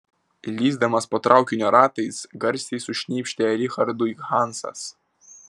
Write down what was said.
lįsdamas po traukinio ratais garsiai sušnypštė richardui hansas